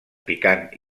picant